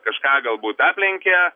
kažką galbūt aplenkė